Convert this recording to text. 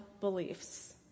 beliefs